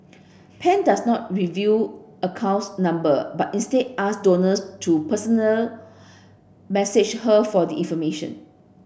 pan does not reveal account number but instead ask donors to personal message her for the information